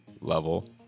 level